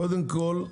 קודם כל,